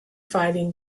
fighting